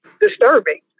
disturbing